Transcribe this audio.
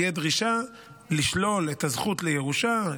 תהיה דרישה לשלול את הזכות לירושה,